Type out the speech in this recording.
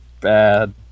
bad